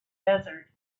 desert